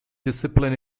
discipline